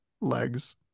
legs